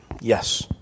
Yes